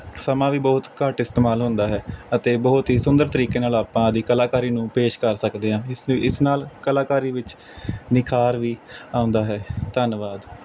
ਸਮਾਂ ਵੀ ਬਹੁਤ ਘੱਟ ਇਸਤੇਮਾਲ ਹੁੰਦਾ ਹੈ ਅਤੇ ਬਹੁਤ ਹੀ ਸੁੰਦਰ ਤਰੀਕੇ ਨਾਲ ਆਪਾਂ ਆਪ ਦੀ ਕਲਾਕਾਰੀ ਨੂੰ ਪੇਸ਼ ਕਰ ਸਕਦੇ ਹਾਂ ਇਸ ਲਈ ਇਸ ਨਾਲ ਕਲਾਕਾਰੀ ਵਿੱਚ ਨਿਖਾਰ ਵੀ ਆਉਂਦਾ ਹੈ ਧੰਨਵਾਦ